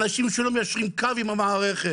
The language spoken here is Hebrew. אוהבים אנשים שלא מיישרים קו עם המערכת,